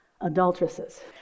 adulteresses